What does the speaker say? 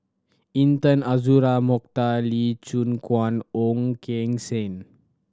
Intan Azura Mokhtar Lee Choon Guan Ong Keng Sen